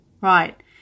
right